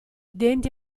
denti